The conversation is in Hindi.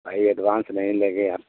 भाई एडवान्स नहीं लेंगे आप